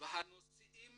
והנושאים